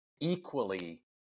equally